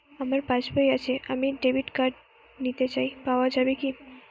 আমার পাসবই আছে আমি ডেবিট কার্ড নিতে চাই পাওয়া যাবে কি?